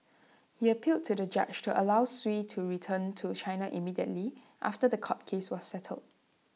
he appealed to the judge to allow Sui to return to China immediately after The Court case was settled